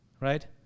right